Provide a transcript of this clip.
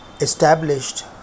established